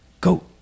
go